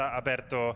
aperto